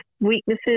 weaknesses